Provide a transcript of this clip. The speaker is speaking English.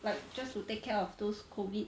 like just to take care of those covid